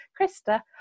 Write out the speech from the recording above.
Krista